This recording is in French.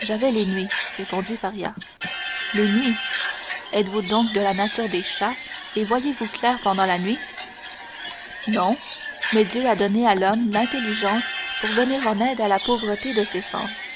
j'avais les nuits répondit faria les nuits êtes-vous donc de la nature des chats et voyez-vous clair pendant la nuit non mais dieu a donné à l'homme l'intelligence pour venir en aide à la pauvreté de ses sens